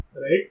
right